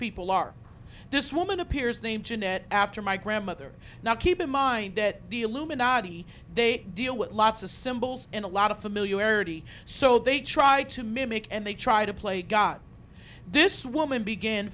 people are this woman appears the internet after my grandmother now keep in mind that the illuminati they deal with lots of symbols in a lot of familiarity so they try to mimic and they try to play got this woman begin